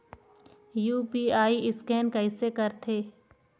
UPI scan कइसे करथे?